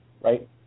Right